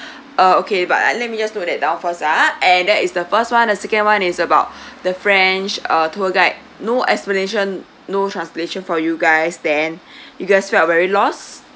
uh okay but let me just note that down first uh and that is the first [one] the second [one] is about the french uh tour guide no explanation no translation for you guys then you guys felt very lost